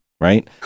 right